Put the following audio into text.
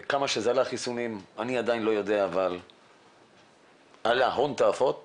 אני לא יודע כמה עלו החיסונים אבל זה עלה הון תועפות